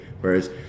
whereas